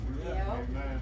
Amen